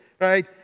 right